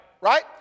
Right